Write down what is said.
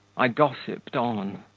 i gossiped on,